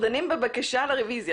בבקשה לרביזיה